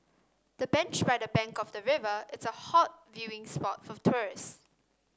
the bench by the bank of the river is a hot viewing spot for tourists